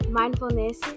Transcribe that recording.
mindfulness